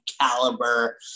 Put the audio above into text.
caliber